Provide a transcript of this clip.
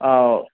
ആ ഓ